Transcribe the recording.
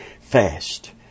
fast